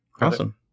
Awesome